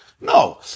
No